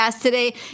today